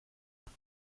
hast